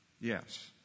yes